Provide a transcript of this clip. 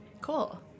Cool